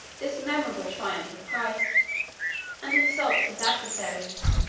this memorable triumph of christ and insults his adversaries,